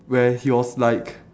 where he was like